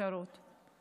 אפשרות כזו.